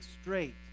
straight